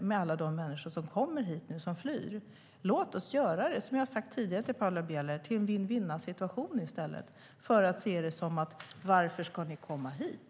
Låt oss göra det till en vinn-vinnsituation i stället, vilket jag också tidigare sagt till Paula Bieler, i stället för att fråga: Varför ska ni komma hit?